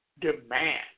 demand